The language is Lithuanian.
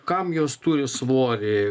kam jos turi svorį